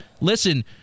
listen